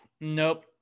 Nope